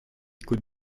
could